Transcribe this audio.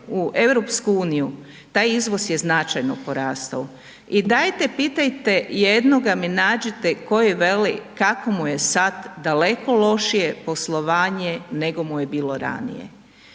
u EU taj izvoz je značajno porastao i dajte pitajte, jednoga mi nađite koji veli kako mu je sad daleko lošije poslovanje nego mu je bilo ranije.